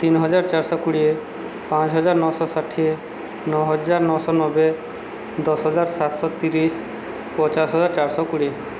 ତିନିହଜାର ଚାରିଶହ କୋଡ଼ିଏ ପାଞ୍ଚହଜାର ନଅଶହ ଷାଠିଏ ନଅ ହଜାର ନଅଶହ ନବେ ଦଶ ହଜାର ସାତଶହ ତିରିଶ ପଚାଶ ହଜାର ଚାରିଶହ କୋଡ଼ିଏ